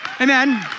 amen